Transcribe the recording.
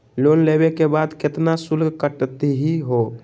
Loan लेवे के बाद केतना शुल्क कटतही हो?